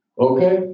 Okay